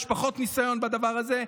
יש פחות ניסיון בדבר הזה,